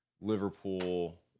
Liverpool